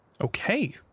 Okay